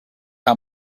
how